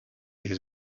his